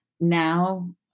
now